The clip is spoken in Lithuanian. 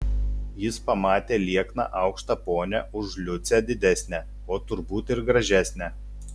jis pamatė liekną aukštą ponią už liucę didesnę o turbūt ir gražesnę